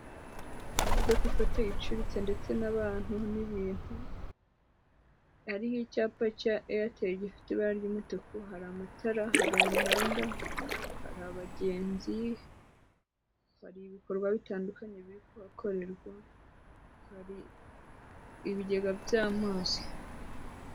Imodoka ifotoye icuritse ndetse n'abantu n'ibintu hariho icyapa cya airtel gifite ibara ry'umutuku hari amatara hari umuhanda hari abagenzi hari ibikorwa bitandukanye biri kuhakorerwa hari ibigega by'amazi.